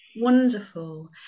Wonderful